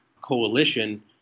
coalition